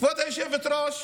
כבוד היושבת ראש,